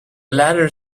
latter